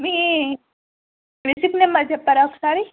మీ visit number చెప్తారా ఒకసారి